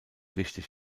wichtig